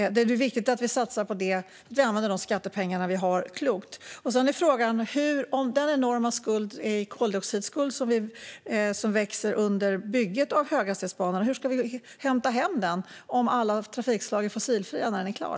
Det är viktigt att vi använder de skattepengar som vi har klokt. Hur ska vi hämta hem den enorma koldioxidskuld som växer under bygget av höghastighetsbanan om alla trafikslag är fossilfria när den är klar?